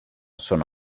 sono